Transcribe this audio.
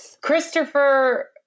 christopher